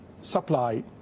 supply